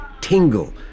tingle